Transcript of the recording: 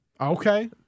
Okay